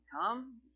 come